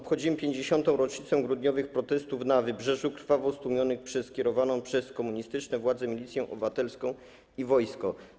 Obchodzimy 50. rocznicę grudniowych protestów na Wybrzeżu krwawo stłumionych przez kierowaną przez komunistyczne władze Milicję Obywatelską i wojsko.